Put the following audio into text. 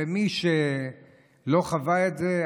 ומי שלא חווה את זה,